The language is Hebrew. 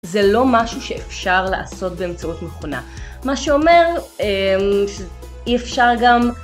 זה לא משהו שאפשר לעשות באמצעות מכונה מה שאומר אי אפשר גם